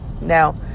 Now